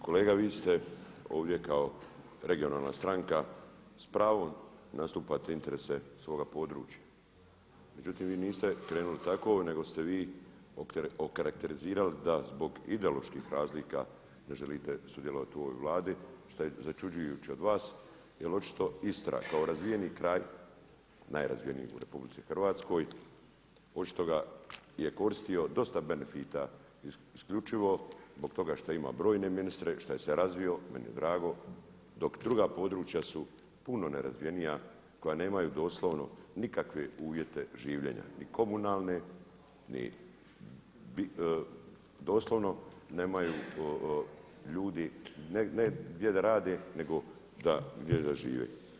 Kolega vi ste ovdje kao regionalna stranka s pravom nastupate interese svoga područja, međutim vi niste krenuli tako nego ste vi okarakterizirali da zbog ideoloških razlika ne želite sudjelovati u ovoj Vladi što je začuđujuće od vas jer očito Istra kao razvijeni kraj, najrazvijeniji u RH, očito je koristio dosta benefita, isključivo zbog toga što je imao brojne ministre, što je se razvio, meni je drago, doku druga područja su puno nerazvijenija koja nemaju doslovno nikakve uvjete življenja ni komunalne, ni doslovno nemaju ljudi ne gdje da rade, nego gdje da žive.